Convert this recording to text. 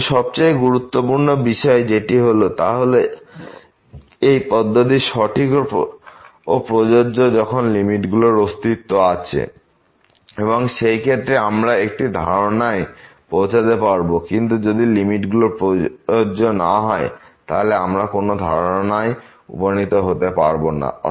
কিন্তু সবচেয়ে গুরুত্বপূর্ণ বিষয় যেটি হল তা হল এই পদ্ধতিটি সঠিক ও প্রযোজ্য যখন লিমিট গুলোর অস্তিত্ব আছে এবং সেই ক্ষেত্রেই আমরা একটি ধারণায় পৌঁছাতে পারবো কিন্তু যদি লিমিটগুলি প্রযোজ্য নয় তাহলে আমরা কোন ধারণায় উপনীত হতে পারব না